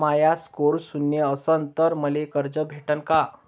माया score शून्य असन तर मले कर्ज भेटन का?